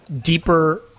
deeper